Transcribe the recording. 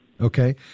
Okay